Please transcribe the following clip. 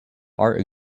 art